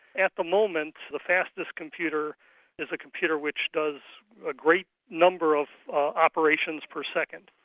at the moment, the fastest computer is a computer which does a great number of operations per second.